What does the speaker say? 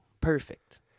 Perfect